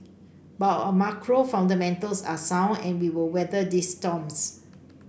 but our macro fundamentals are sound and we will weather these storms